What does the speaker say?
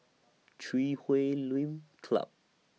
Chui Huay Lim Club